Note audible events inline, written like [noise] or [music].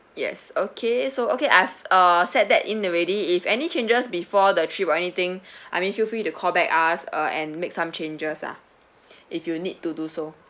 yes okay so okay I've uh set that in already if any changes before the trip or anything [breath] I mean feel free to call back us uh and make some changes lah [breath] if you need to do so